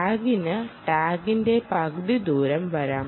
ടാഗിന് ടാഗിന്റെ പകുതി ദൂരം വരാം